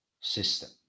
system